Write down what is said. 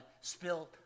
spilled